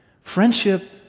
Friendship